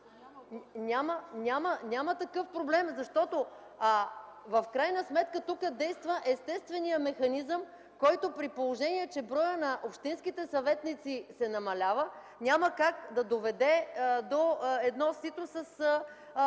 Няма такъв проблем, защото в крайна сметка тук действа естественият механизъм, който при положение, че броят на общинските съветници се намалява, няма как да доведе до сито с